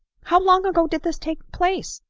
how long ago did this take place?